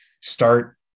start